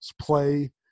play